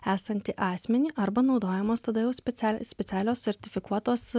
esantį asmenį arba naudojamos tada jau specia specialios sertifikuotos